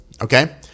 Okay